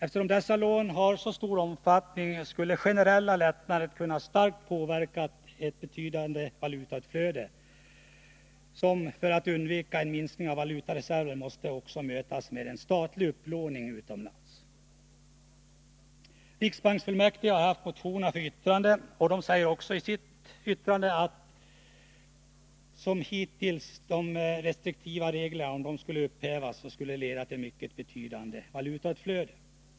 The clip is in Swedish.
Eftersom lånen har så stor omfattning, skulle generella lättnader kunna leda till ett betydande valutautflöde, som — för att undvika en minskning av valutareserven — måste mötas med en ökad statlig upplåning utomlands. Riksbanksfullmäktige säger i sitt yttrande över motionerna att ett upphävande av de hittillsvarande restriktiva reglerna skulle leda till ett mycket betydande valutautflöde.